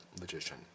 Magician